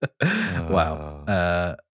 Wow